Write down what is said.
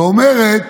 ואומרת